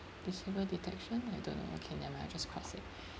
disable detection I don't know okay never mind I just cross it